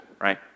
right